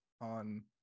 on